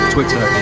Twitter